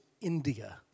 India